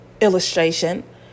illustration